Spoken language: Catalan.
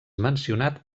mencionat